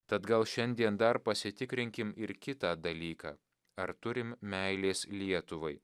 tad gal šiandien dar pasitikrinkim ir kitą dalyką ar turim meilės lietuvai